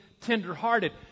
tender-hearted